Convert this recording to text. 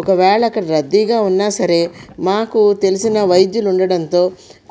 ఒకవేళ అక్కడ రద్దీగా ఉన్నా సరే మాకు తెలిసిన వైద్యులు ఉండటంతో